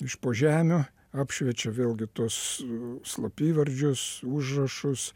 iš po žemių apšviečia vėlgi tuos slapyvardžius užrašus